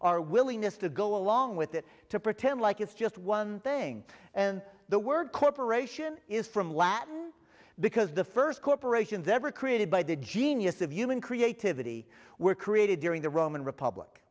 our willingness to go along with it to pretend like it's just one thing and the word corporation is from latin because the first corporations ever created by the genius of human creativity were created during the roman republic